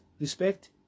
respect